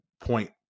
point